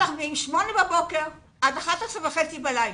משמונה בבוקר עד אחד-עשרה וחצי בלילה.